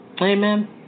amen